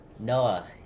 Noah